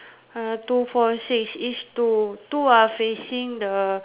two four six each two two are facing the